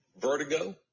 vertigo